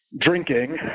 drinking